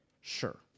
Sure